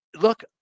Look